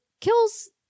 kills